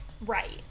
Right